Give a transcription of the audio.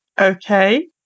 Okay